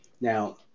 Now